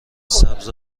سبز